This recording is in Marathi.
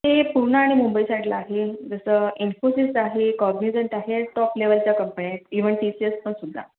ते पूना आणि मुंबई साईडला आहे जसं इन्फोसिस आहे कॉग्निझंट आहे टॉप लेवलच्या कंपन्या आहेत इव्हन टी सी एस पण सुद्धा